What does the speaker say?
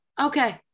Okay